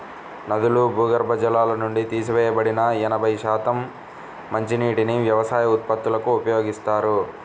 నదులు, భూగర్భ జలాల నుండి తీసివేయబడిన ఎనభై శాతం మంచినీటిని వ్యవసాయ ఉత్పత్తులకు ఉపయోగిస్తారు